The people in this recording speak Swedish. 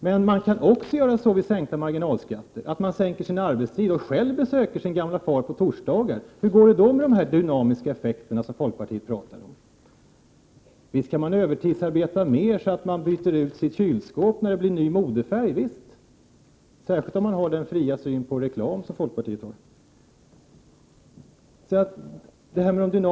Men med sänkta marginalskatter kan man sänka sin arbetstid och själv besöka sin gamle far på torsdagar. Hur går det då med de dynamiska effekter som man i folkpartiet talar om? Man kan naturligtvis övertidsarbeta mer för att kunna byta ut sitt kylskåp när en annan färg blir modern. Visst, särskilt om man har den fria syn på reklam som folkpartiet har.